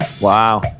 Wow